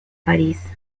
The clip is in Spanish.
parís